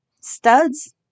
Studs